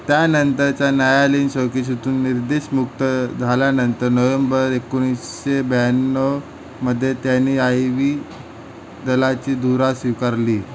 त्यानंतरचा न्यायालयीन चौकशीतून निर्दोष मुक्त झाल्यानंतर नोव्हेंबर एकोणीसशे ब्याण्णव मध्ये त्यांनी आय वी दलाची धुरा स्वीकारली